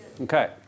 Okay